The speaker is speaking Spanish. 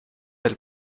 del